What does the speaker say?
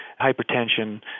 hypertension